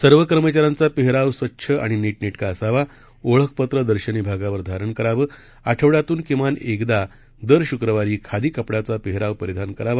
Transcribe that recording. सर्वकर्मचाऱ्यांचापेहरावस्वच्छआणिनीटनेटकाअसावा ओळखपत्रदर्शनीभागावरधारणकरावं आठवड्यातूनकिमानएकदादरश्क्रवारीखादीकपड्याचापेहरावपरिधानकरावा